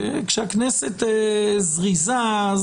כשהכנסת זריזה,